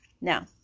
Now